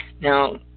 now